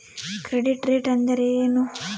Credit rate ಅಂದರೆ ಏನು?